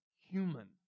human